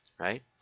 Right